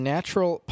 Natural